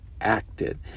acted